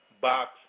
box